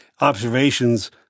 observations